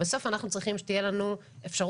בסוף אנחנו צריכים שתהיה לנו אפשרות,